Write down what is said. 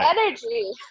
energy